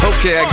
Okay